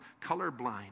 colorblind